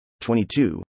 22